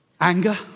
Anger